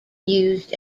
used